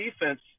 defense